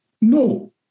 No